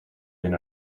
been